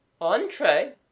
Entree